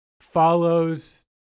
Follows